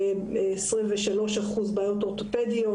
ל-23 אחוז בעיות אורתופדיות,